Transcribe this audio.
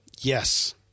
Yes